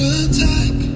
attack